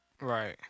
Right